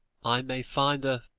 i may find the